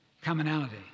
commonality